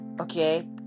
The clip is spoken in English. okay